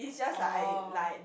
oh